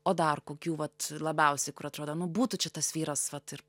o dar kokių vat labiausiai kur atrodo nu būtų čia tas vyras vat ir